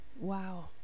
Wow